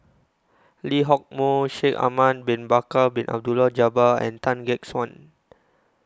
Lee Hock Moh Shaikh Ahmad Bin Bakar Bin Abdullah Jabbar and Tan Gek Suan